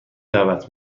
دعوت